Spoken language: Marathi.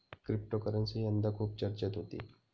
क्रिप्टोकरन्सी यंदा खूप चर्चेत होती